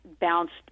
bounced